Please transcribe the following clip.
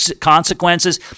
consequences